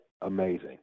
amazing